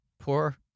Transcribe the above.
Poor